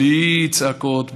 בלי צעקות,